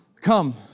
come